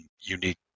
unique